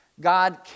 God